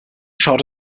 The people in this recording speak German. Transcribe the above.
schaut